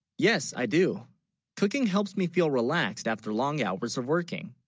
yes i do cooking helps me feel relaxed after long hours of working